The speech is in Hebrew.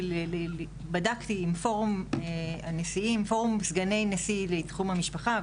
בדקתי עם פורום סגני הנשיא לתחום המשפחה,